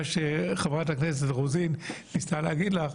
מה שחברת הכנסת רוזין ניסתה להגיד לך,